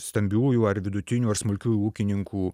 stambiųjų ar vidutinių ar smulkiųjų ūkininkų